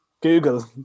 Google